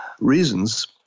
reasons